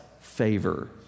favor